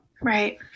Right